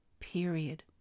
period